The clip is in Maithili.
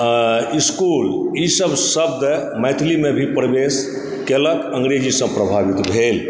इस्कूल ईसभ शब्द मैथिलीमे भी प्रवेश केलक अङ्ग्रेजीसँ प्रभावित भेल